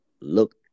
look